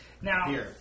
Now